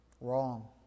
Wrong